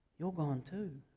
you're gone too.